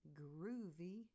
groovy